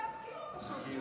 להשכילו פשוט.